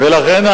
לכן,